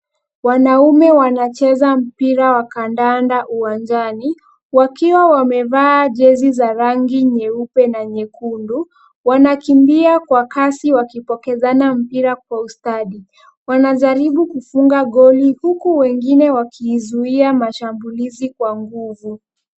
Wanaume wanacheza mpira wa kandanda uwanjani, wakiwa wamevaa jezi za rangi nyeupe na nyekundu. Wanakimbia kwa kasi wakipokezana mpira kwa ustadi. Wanajaribu kufunga goli huku wengine wakiizuia mashambulizi kwa nguvu.